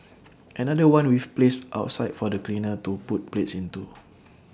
another one we've placed outside for the cleaner to put plates into